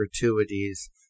gratuities